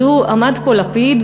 עמד פה לפיד,